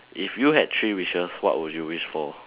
if you had three wishes what would you wish for